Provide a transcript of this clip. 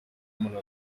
umuntu